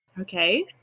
Okay